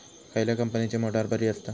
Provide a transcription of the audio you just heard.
खयल्या कंपनीची मोटार बरी असता?